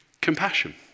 compassion